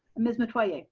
miss metoyer.